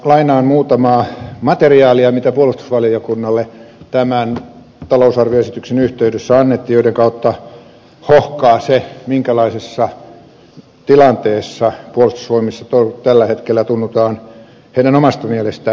lainaan muutamaa materiaalia mitä puolustusvaliokunnalle tämän talousarvioesityksen yhteydessä annettiin minkä kautta hohkaa se minkälaisessa tilanteessa puolustusvoimissa tällä hetkellä tuntuu heidän omasta mielestään oltavan